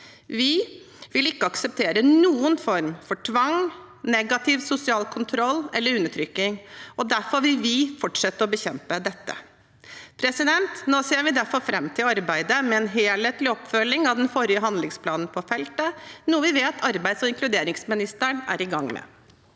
Vi vil ikke akseptere noen form for tvang, negativ sosial kontroll eller undertrykking, og derfor vil vi fortsette å bekjempe dette. Vi ser nå fram til arbeidet med en helhetlig oppføl ging av den forrige handlingsplanen på feltet, noe vi vet arbeids- og inkluderingsministeren er i gang med.